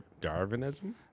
Darwinism